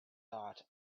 thought